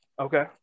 Okay